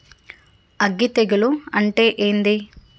అగ్గి తెగులు అంటే ఏంది?